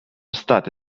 state